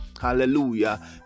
hallelujah